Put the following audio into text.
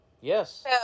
Yes